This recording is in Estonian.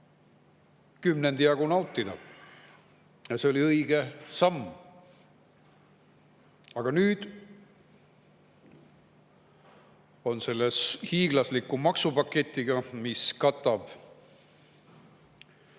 kümnendi jagu nautida. Ja see oli õige samm. Aga nüüd on selle hiiglasliku maksupaketiga, mis katab